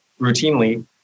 routinely